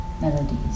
melodies